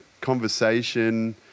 conversation